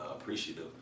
appreciative